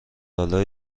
آلا